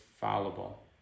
fallible